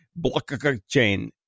blockchain